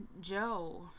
Joe